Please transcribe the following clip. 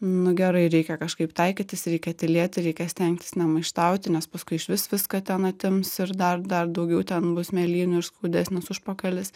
nu gerai reikia kažkaip taikytis reikia tylėti reikia stengtis nemaištauti nes paskui išvis viską ten atims ir dar dar daugiau ten bus mėlynių skaudesnis užpakalis